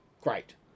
great